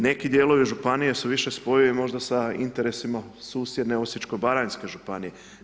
Neki dijelovi županije su više spojivi možda sa interesima susjedne Osječko baranjske županije.